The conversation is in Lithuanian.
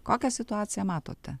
kokią situaciją matote